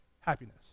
happiness